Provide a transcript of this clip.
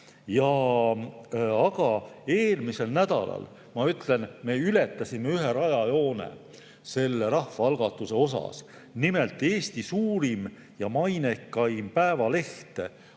Aga eelmisel nädalal, ma ütlen, me ületasime ühe rajajoone rahvaalgatuse osas. Nimelt, Eesti suurim ja mainekaim päevaleht